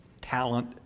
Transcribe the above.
talent